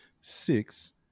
Six